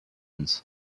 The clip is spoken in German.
uns